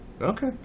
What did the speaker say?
Okay